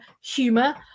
humor